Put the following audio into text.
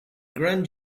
grand